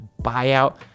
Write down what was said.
buyout